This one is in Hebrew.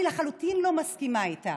אני לחלוטין לא מסכימה איתם,